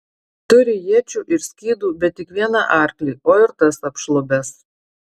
turi iečių ir skydų bet tik vieną arklį o ir tas apšlubęs